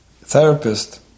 therapist